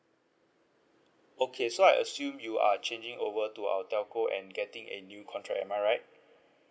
okay so I assume you are changing over to our telco and getting a new contract am I right